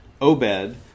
Obed